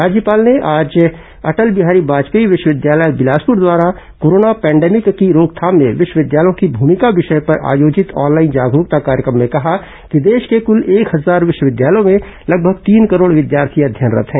राज्यपाल ने आज अटल बिहारी वाजपेयी विश्वविद्यालय बिलासपुर द्वारा कोरोना पेंडेमिक की रोकथाम में विश्वविद्यालयों की भूमिका विषय पर आयोजित ऑनलाइन जागरूकता कार्यक्रम में कहा कि देश के कल एक हजार विश्वविद्यालयों में लगभग तीन करोड़ विद्यार्थी अध्ययनरत हैं